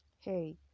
Hey